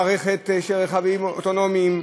מערכת של רכבים אוטונומיים,